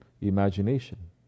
imagination